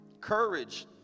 Courage